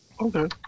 Okay